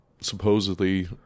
supposedly